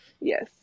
Yes